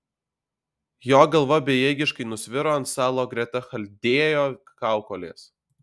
jo galva bejėgiškai nusviro ant stalo greta chaldėjo kaukolės